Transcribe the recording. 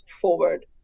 forward